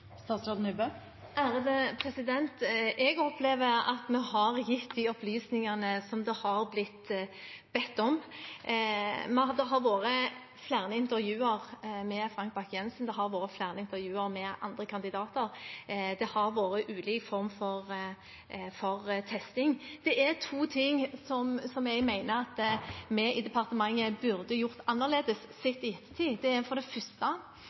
Jeg opplever at vi har gitt de opplysningene som det har blitt bedt om. Det har vært flere intervjuer med Frank Bakke-Jensen, det har vært flere intervjuer med andre kandidater. Det har vært ulik form for testing. Det er to ting som jeg mener at vi i departementet burde gjort annerledes, sett i ettertid. Det er for det første